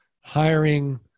hiring